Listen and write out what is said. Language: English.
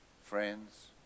friends